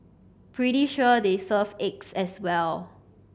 pretty sure they serve eggs as well